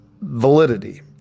validity